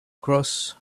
cross